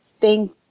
Thank